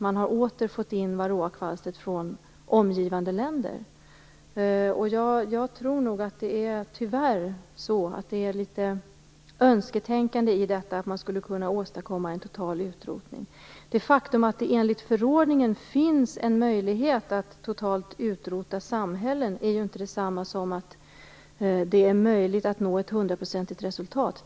Man har nämligen återigen fått in varroakvalstret från omgivande länder. Tyvärr tror jag att det finns ett önsketänkande i detta med möjligheterna att åstadkomma en total utrotning. Det faktum att det enligt förordningen finns en möjlighet att totalt utrota samhällen är ju inte detsamma som att det är möjligt att nå ett hundraprocentigt resultat.